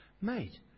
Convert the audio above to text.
Mate